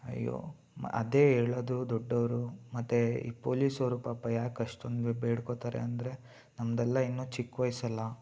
ಅಯ್ಯೋ ಅದೆ ಹೇಳದು ದೊಡ್ಡವ್ರು ಮತ್ತು ಈ ಪೋಲಿಸೋರು ಪಾಪ ಯಾಕೆ ಅಷ್ಟೊಂದು ಬೇಡಿಕೋತಾರೆ ಅಂದರೆ ನಮ್ಮದೆಲ್ಲ ಇನ್ನೂ ಚಿಕ್ಕ ವಯಸ್ಸಲ್ಲ